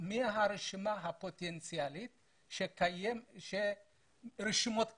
מהרשימה הפוטנציאלית ברשימות הקיימות.